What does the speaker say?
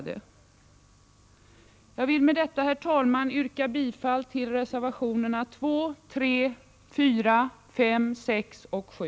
Herr talman! Jag vill med detta yrka bifall till reservationerna 2, 3, 4, 5, 6 och 7.